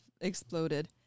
exploded